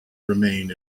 remain